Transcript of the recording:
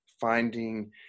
finding